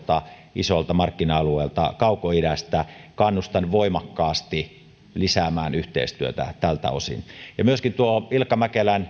isoilta markkina alueilta kaukoidästä kannustan voimakkaasti lisäämään yhteistyötä tältä osin ja myöskin tuo selvitysmies ilkka mäkelän